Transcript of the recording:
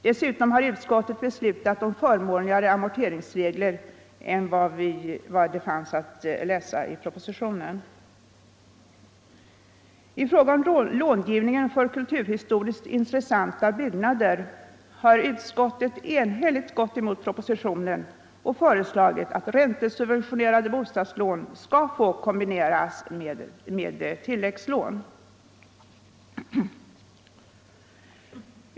Dess utom har utskottet förordat förmånligare amorteringsregler än vad vi kunnat läsa om i propositionen. I fråga om långivningen för kulturhistoriskt intressanta byggnader har utskottet enhälligt gått emot propositionen och föreslagit att räntesubventionerade bostadslån skall få kombineras med tilläggslån.